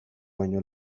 baino